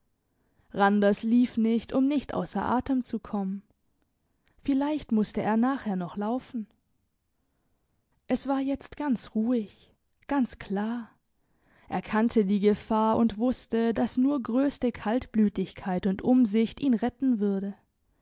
randers lief nicht um nicht ausser atem zu kommen vielleicht musste er nachher noch laufen es war jetzt ganz ruhig ganz klar er kannte die gefahr und wusste dass nur grösste kaltblütigkeit und umsicht ihn retten würde